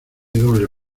doble